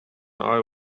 eye